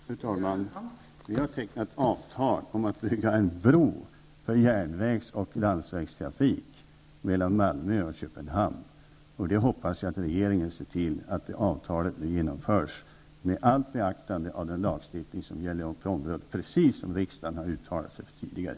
Fru talman! Vi har tecknat avtal om att bygga en bro för järnvägs och landsvägstrafik mellan Malmö och Köpenhamn. Jag hoppas att regeringen ser till att det avtalet genomförs, med allt beaktande av den lagstiftning som gäller och precis enligt vad riksdagen tidigare uttalat sig för.